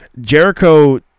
Jericho